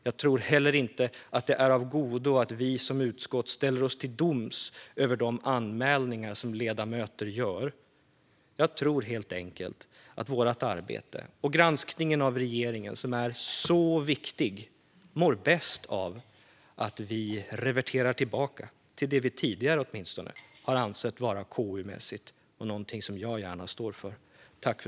Jag tror heller inte att det är av godo att vi som utskott sätter oss till doms över de anmälningar som ledamöter gör. Jag tror helt enkelt att vårt arbete och granskningen av regeringen, som är mycket viktig, mår bäst av att vi går tillbaka till det som vi, åtminstone tidigare, har ansett vara KU-mässigt och som jag gärna står för.